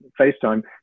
FaceTime